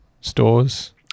stores